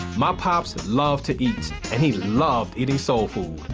my pops loved to eat and he loved eating soul food.